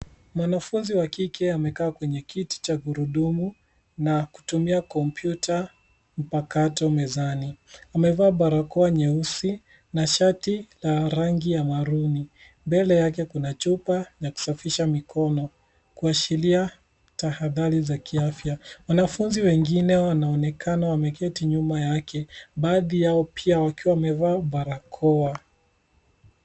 Mwanafunzi wa kike amekaa kwenye kiti cha gurudumu na kutumia kompyuta mpakato mzani. amevaa barakoa nyeusi na shati la rangi ya maruni. Mbele yake kuna chupaya kusafisha mikono kuashiria tahadhari za kiafya. Wanafunzi wengine wanaonekana wameketi nyuuma yake baadhi yao pia wakiwa wamevaa barakoa.